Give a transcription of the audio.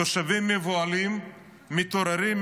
תושבים מבוהלים מתעוררים,